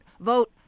vote